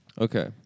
Okay